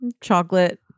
Chocolate